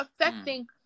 affecting